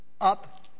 up